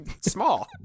small